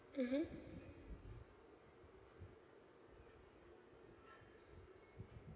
mmhmm